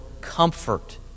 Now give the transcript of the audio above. comfort